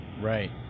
Right